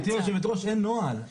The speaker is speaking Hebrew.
גבירתי היושבת-ראש, אין נוהל.